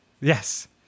Yes